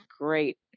great